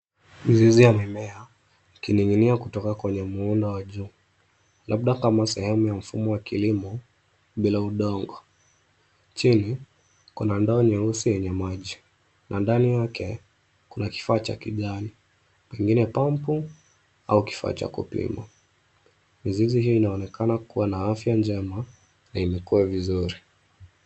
Mizizi ya mimea ikining'inia kutoka kwenye muundo wa juu labda kama sehemu ya mfumo wa kilimo bila udongo. Chini kuna ndoo nyeusi yenye maji na ndani yake kuna kifaa cha kijani pengine pump au kifaa cha kupima. Mizizi hii inaonekana kuwa na afya njema na imekua vizuri.